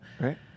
Right